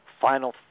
final